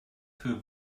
für